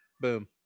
boom